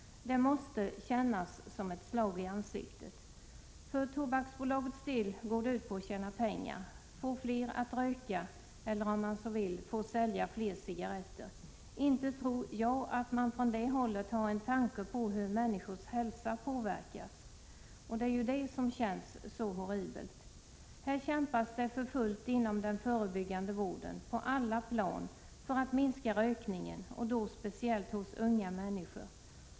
Det måste kännas som ett slag i ansiktet. För Tobaksbolagets del går det hela ut på att tjäna pengar — att få fler att röka eller, om man så vill, att få sälja fler cigaretter. Inte tror jag att man från det hållet har en tanke på hur människors hälsa påverkas, och det är detta som känns så horribelt. Här kämpas det för fullt inom den förebyggande vården — på alla plan — för att minska rökningen, speciellt hos unga människor.